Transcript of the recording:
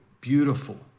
beautiful